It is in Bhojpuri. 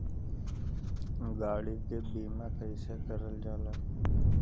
गाड़ी के बीमा कईसे करल जाला?